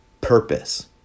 purpose